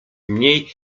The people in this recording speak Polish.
mniej